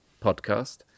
Podcast